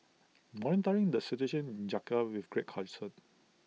monitoring the situation in Jakarta with great concern